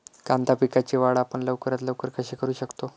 कांदा पिकाची वाढ आपण लवकरात लवकर कशी करू शकतो?